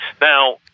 Now